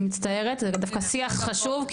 אני מצטערת זה דווקא שיח חשוב,